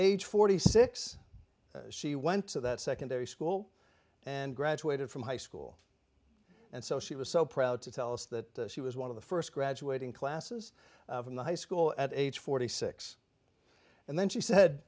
age forty six she went to that secondary school and graduated from high school and so she was so proud to tell us that she was one of the first graduating classes from the high school at age forty six and then she said